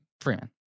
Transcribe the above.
Freeman